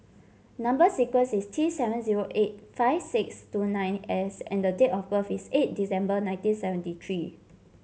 number sequence is T seven zero eight five six two nine S and date of birth is eight December nineteen seventy three